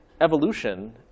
evolution